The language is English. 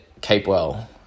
Capewell